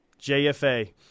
JFA